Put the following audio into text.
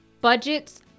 Budgets